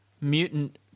mutant